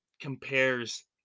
Compares